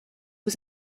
was